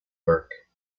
work